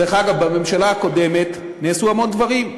דרך אגב, בממשלה הקודמת נעשו המון דברים.